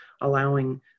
allowing